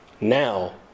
Now